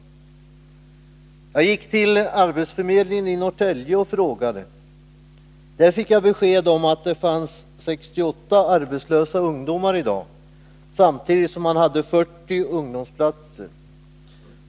Jag gick till arbetsförmedlingen i Norrtälje och frågade. Där fick jag besked om att det fanns 68 arbetslösa ungdomar i dag, samtidigt som man hade 40 ungdomsplatser.